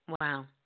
Wow